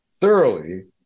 thoroughly